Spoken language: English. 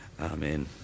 amen